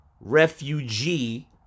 Refugee